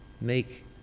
make